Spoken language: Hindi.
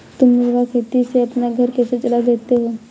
तुम निर्वाह खेती से अपना घर कैसे चला लेते हो?